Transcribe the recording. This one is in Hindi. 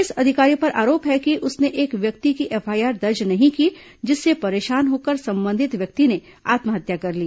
इस अधिकारी पर आरोप है कि उसने एक व्यक्ति की एफआईआर दर्ज नहीं की जिससे परेशान होकर संबंधित व्यक्ति ने आत्महत्या कर ली